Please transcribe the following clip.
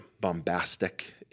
bombastic